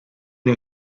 nie